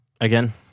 Again